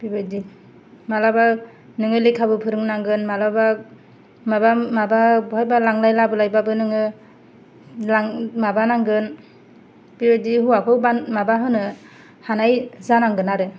बिबादि मालाबा नोङो लेखाबो फोरोंनांगोन मालाबा माबा माबा लांलाय लाबोलायबाबो नोङो लां माबा नांगोन बिबादि हौवाखौ माबा होनो हानाय जानांगोन आरो